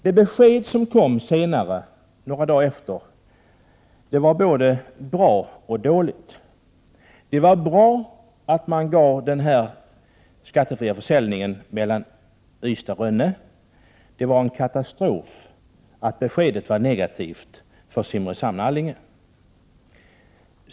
Det besked som kom några dagar senare var både bra och dåligt. Det var bra att den skattefria försäljningen medgavs på färjor mellan Ystad och Rönne. Det var en katastrof att beskedet var negativt för linjen Simrishamn— Allinge.